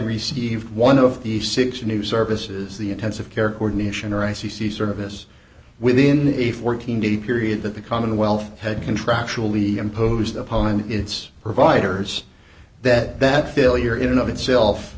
received one of the six new services the intensive care coordination or i c c service within a fourteen day period that the commonwealth had contractually imposed upon its providers that that failure in of itself